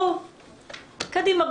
קדימה,